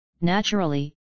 Naturally